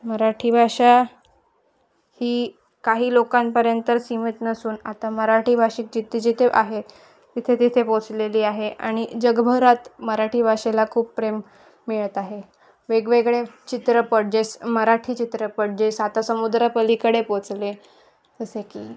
मराठी भाषा ही काही लोकांपर्यंत सिमित नसून आता मराठी भाषिक जिथे जिथे आहे तिथे तिथे पोचलेली आहे आणि जगभरात मराठी भाषेला खूप प्रेम मिळत आहे वेगवेगळे चित्रपट जेस मराठी चित्रपट जे सातासमुद्रापलीकडे पोचले जसे की